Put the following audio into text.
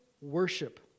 worship